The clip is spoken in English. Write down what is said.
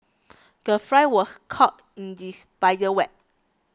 the fly was caught in the spider web